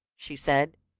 she said,